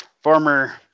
Former